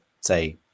say